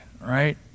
right